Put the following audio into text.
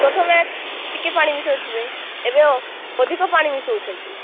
ପ୍ରଥମେ ଟିକେ ପାଣି ମିଶାଉ ଥିବେ ଏବେ ଅଧିକ ପାଣି ମିଶାଉଛନ୍ତି